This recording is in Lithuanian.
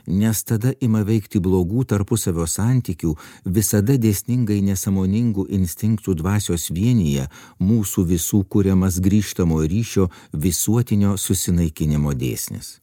nes tada ima veikti blogų tarpusavio santykių visada dėsningai nesąmoningų instinktų dvasios vienija mūsų visų kuriamas grįžtamojo ryšio visuotinio susinaikinimo dėsnis